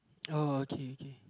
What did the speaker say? oh okay okay